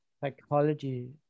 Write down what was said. psychology